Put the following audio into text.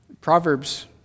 Proverbs